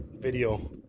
video